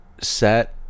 set